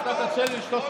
חוק טוב, נדבר על שבועיים.